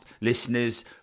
listeners